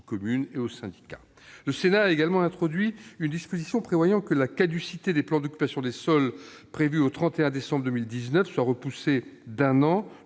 aux communes et aux syndicats. Le Sénat a également introduit une disposition prévoyant que la caducité des plans d'occupation des sols, prévue au 31 décembre 2019, soit repoussée d'un an